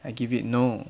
I give it no